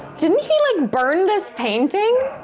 didn't he like burn this painting?